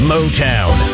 Motown